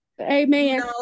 Amen